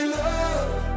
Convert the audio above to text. love